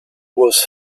was